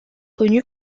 connu